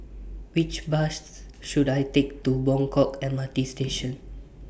Which Bus should I Take to Buangkok M R T Station